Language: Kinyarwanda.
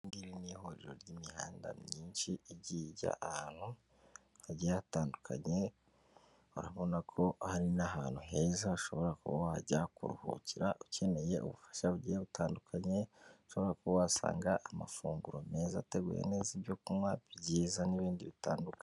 Iri ni ihuriro ry'imihanda myinshi igiye ijya ahantu hagiye hatandukanye, urabona ko hari n'ahantu heza ushobora kuba wajya kuruhukira, ukeneye ubufasha bugiye butandukanye, ushobora kuba wasanga amafunguro meza ateguye neza, ibyo kunywa byiza n'ibindi bitandukanye.